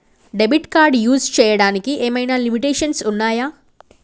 Debit card use చేయడానికి ఏమైనా limitations ఉన్నాయా?